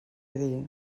dir